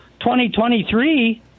2023